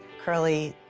curly,